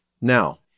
Now